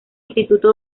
instituto